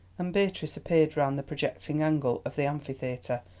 and beatrice appeared round the projecting angle of the amphitheatre,